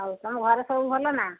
ଆଉ ତୁମ ଘରେ ସବୁ ଭଲ ନା